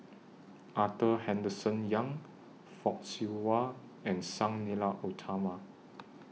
Arthur Henderson Young Fock Siew Wah and Sang Nila Utama